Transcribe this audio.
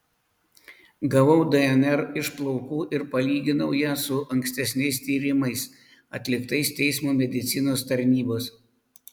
gavau dnr iš plaukų ir palyginau ją su ankstesniais tyrimais atliktais teismo medicinos tarnybos